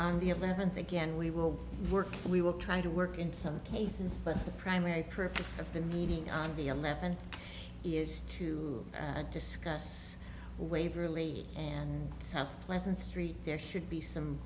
on the eleventh again we will work we will try to work in some cases but the primary purpose of the meeting on the eleventh is to discuss waverley and pleasant street there should be some